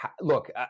look